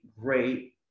great